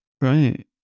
Right